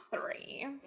three